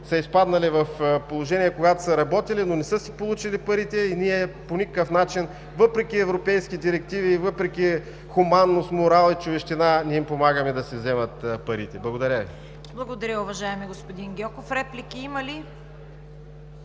са изпаднали в положение, когато са работили, но не са си получили парите и ние по никакъв начин, въпреки европейски директиви и въпреки хуманност, морал и човещина, не им помагаме да си вземат парите. Благодаря Ви. ПРЕДСЕДАТЕЛ ЦВЕТА КАРАЯНЧЕВА: Благодаря, уважаеми господин Гьоков. Има ли